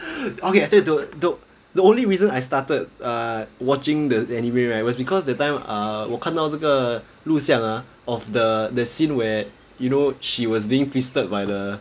okay I tell you to to the only reason I started err watching the anime right was because that time err 我看到这个录像 ah of the the scene where you know she was being visited by the